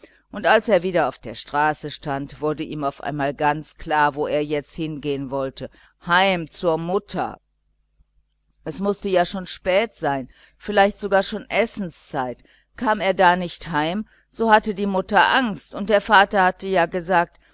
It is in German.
und als er wieder auf der straße stand wurde ihm auf einmal ganz klar wo er jetzt hingehen wollte heim zur mutter es mußte ja schon spät sein vielleicht gar schon essenszeit kam er da nicht heim so hatte die mutter angst und der vater hatte ja gesagt